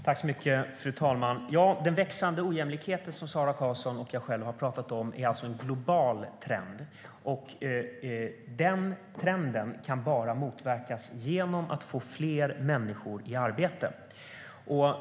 Fru talman! Den växande ojämlikheten, som Sara Karlsson och jag själv har talat om, är alltså en global trend. Den trenden kan bara motverkas genom att man får fler människor i arbete.